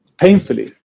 painfully